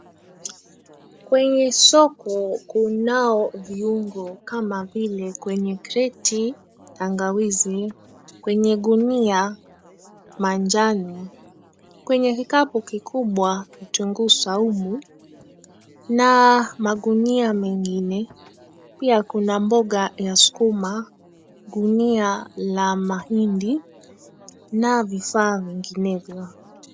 Kwenye soko kunao viungo kama vile kwenye kreti tangawizi ,kwenye gunia manjano, kwenye kikapu kikubwa kitunguu saumu na magunia mengine. Pia kuna mboga ya sukuma, gunia la mahindi na vifaa vinginevyo.